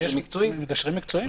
מגשרים מקצועיים.